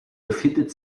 befindet